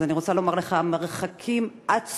אז אני רוצה לומר לך: המרחקים עצומים.